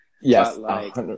yes